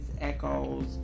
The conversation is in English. echoes